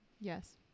Yes